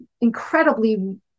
incredibly